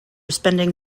spending